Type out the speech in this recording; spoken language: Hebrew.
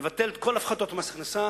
לבטל את כל הפחתות מס הכנסה